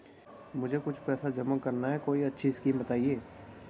मुझे कुछ पैसा जमा करना है कोई अच्छी स्कीम बताइये?